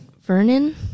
vernon